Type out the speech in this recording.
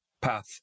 path